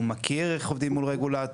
הוא מכיר איך עובדים עם רגולטור.